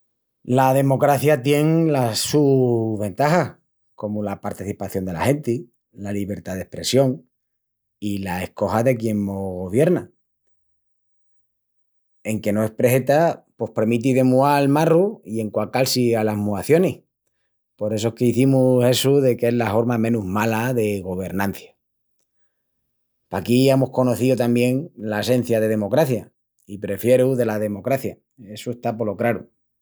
La democracia tien las sus ventajas, comu la partecipación dela genti, la libertá d'espressión i la escoja de quien mos govierna. Enque no es preheta, pos premiti de mual marrus i enquacal-si alas muacionis, por essu es qu'izimus essu de qu'es la horma menus mala de governancia. Paquí amus conocíu tamién l'assencia de democracia i prefieru dela democracia, essu está polo craru.